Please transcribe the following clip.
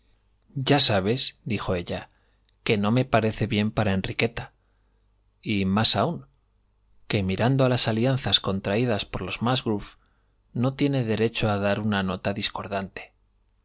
ya sabesdijo ellaque no me parece bien para enriqueta y más aún que mirando a las alianzas contraídas por los musgrove no tiene derecho a dar una nota discordante